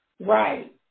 Right